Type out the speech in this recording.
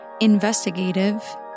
investigative